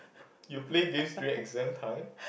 you play games during exam time